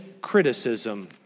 Criticism